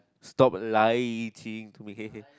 stop lying to me